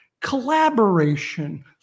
collaboration